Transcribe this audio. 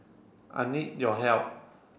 I need your help